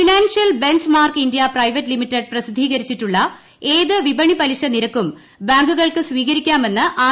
financial benchmark India private limited പ്രസിദ്ധീകരിച്ചിട്ടുള്ള ഏത് വിപണി പലിശ നിരക്കും ബാങ്കുകൾക്ക് സ്വീകരിക്കാമെന്ന് ആർ